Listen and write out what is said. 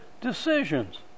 decisions